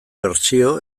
bertsio